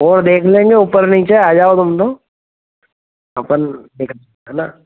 वह देख लेंगे ऊपर नीचे आ जाओ तुम तो अपन